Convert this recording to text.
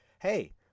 hey